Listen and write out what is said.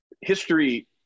history